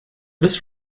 this